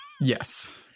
yes